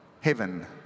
Heaven